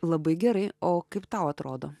labai gerai o kaip tau atrodo